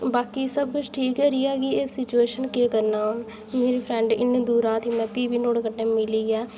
बाकी सब ठीक रेहा के किस सिचुएशन केह् करना मेरी फ्रैंड इ'न्नी दूरा दी में भी बी नुहाड़े कन्नै मिलियै